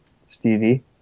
Stevie